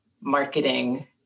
marketing